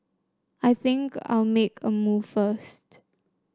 I think I'll make a move first